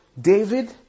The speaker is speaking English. David